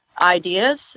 ideas